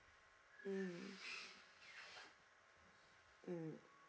mm mm